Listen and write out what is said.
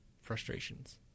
frustrations